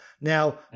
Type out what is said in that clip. Now